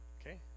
Okay